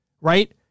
Right